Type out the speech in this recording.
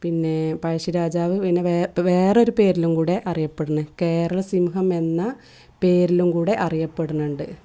പിന്നെ പഴശ്ശിരാജാവ് പിന്നെ വേ ഇപ്പോൾ വേറൊരു പേരിലും കൂടി അറിയപ്പെടുന്നു കേരളസിംഹം എന്ന പേരിലും കൂടി അറിയപ്പെടുന്നുണ്ട്